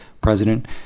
president